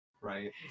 right